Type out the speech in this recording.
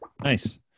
Nice